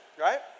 right